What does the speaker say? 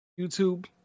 YouTube